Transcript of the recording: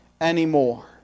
anymore